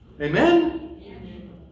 Amen